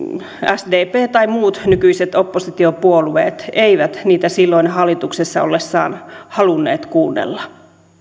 sdp tai muut nykyiset oppositiopuolueet eivät niitä silloin hallituksessa ollessaan halunneet kuunnella